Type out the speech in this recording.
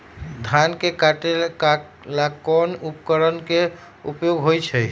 धान के काटे का ला कोंन उपकरण के उपयोग होइ छइ?